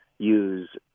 use